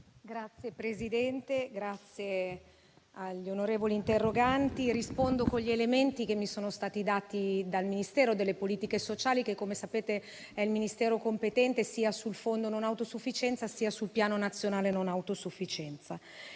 Signor Presidente, ringrazio gli onorevoli interroganti e rispondo con gli elementi che mi sono stati dati dal Ministero delle politiche sociali che, come sapete, è quello competente sia sul Fondo nazionale per le non autosufficienze, sia sul Piano nazionale per la non autosufficienza.